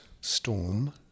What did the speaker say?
storm